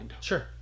Sure